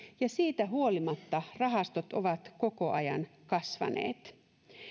ja siitä huolimatta rahastot ovat koko ajan kasvaneet